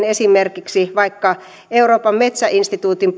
esimerkiksi euroopan metsäinstituutin